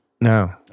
No